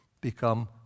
become